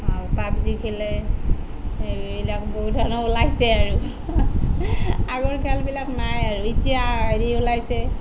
PUBG খেলে সেইবিলাক বহু ধৰণৰ ওলাইছে আৰু আগৰ খেলবিলাক নাই আৰু এতিয়া হেৰি ওলাইছে